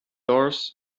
doors